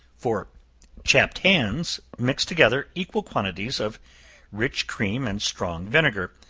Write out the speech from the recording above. for chapped hands, mix together equal quantities of rich cream and strong vinegar,